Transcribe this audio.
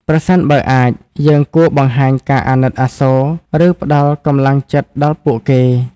ប្រសិនបើអាច យើងគួរបង្ហាញការអាណិតអាសូរ ឬផ្តល់កម្លាំងចិត្តដល់ពួកគេ។